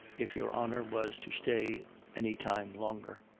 if your honor was to stay any time longer.